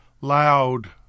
loud